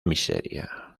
miseria